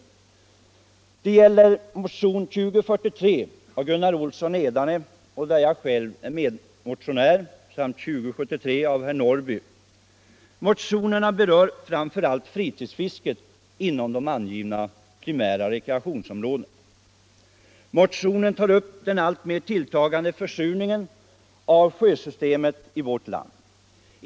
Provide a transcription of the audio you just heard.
Jag skall först beröra motionen 2043 av herr Olsson i Edane, där jag själv står som medmotionär, samt motionen 2073 av herr Norrby. Motionerna berör framför allt fritidsfisket inom de angivna primära rekreationsområdena. Vidare tas bl.a. upp den alltmer tilltagande försurningen av sjösystemen i vårt land.